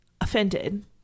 offended